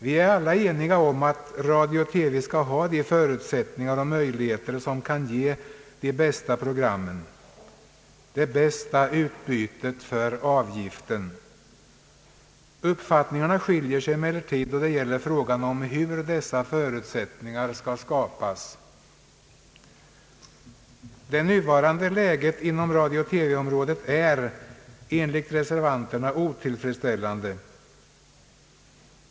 Vi är alla eniga om att radio och TV skall ha de förutsättningar och möjligheter som kan ge de bästa programmen och det bästa utbytet för avgiften. Uppfattningarna skiljer sig emellertid då det gäller frågan hur dessa förutsättningar skall skapas. Det nuvarande läget inom radiooch TV området är enligt reservanterna otillfredsställande.